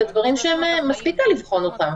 אלה דברים שקל למדי לבחון אותם.